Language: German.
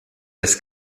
des